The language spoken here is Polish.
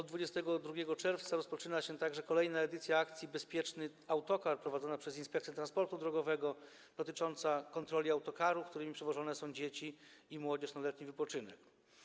22 czerwca rozpoczyna się także kolejna edycja akcji „Bezpieczny autokar” prowadzonej przez Inspekcję Transportu Drogowego, dotyczącej kontroli autokarów, którymi przewożone są dzieci i młodzież na letni wypoczynek.